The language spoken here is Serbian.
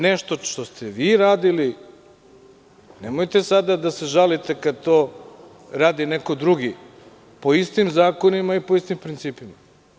Nešto što ste vi radili, nemojte sada da se žalite kada to radi neko drugi po istim zakonima i po istim principima.